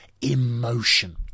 emotion